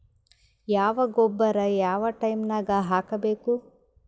ಯಾವ ಗೊಬ್ಬರ ಯಾವ ಟೈಮ್ ನಾಗ ಹಾಕಬೇಕು?